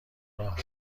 راه